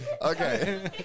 Okay